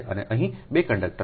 અને અહીં 2 કંડક્ટર છે